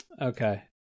Okay